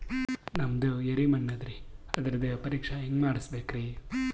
ನಮ್ದು ಎರಿ ಮಣ್ಣದರಿ, ಅದರದು ಪರೀಕ್ಷಾ ಹ್ಯಾಂಗ್ ಮಾಡಿಸ್ಬೇಕ್ರಿ?